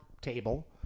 table